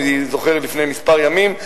אני זוכר לפני כמה ימים,